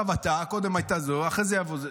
עכשיו אתה, קודם הייתה זו, אחרי זה יבוא זה.